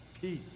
peace